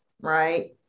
right